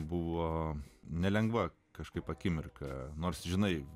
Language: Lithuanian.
buvo nelengva kažkaip akimirka nors žinai